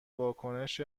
واکنش